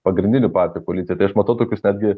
pagrindinių partijų koalicija tai aš matau tokius netgi